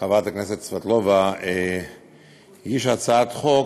חברת הכנסת סבטלובה הגישה הצעת חוק,